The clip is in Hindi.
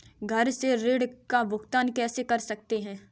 घर से ऋण का भुगतान कैसे कर सकते हैं?